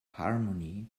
harmony